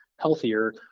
healthier